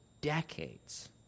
decades